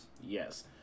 Yes